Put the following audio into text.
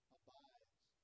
abides